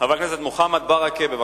חבר הכנסת מוחמד ברכה, בבקשה.